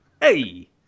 hey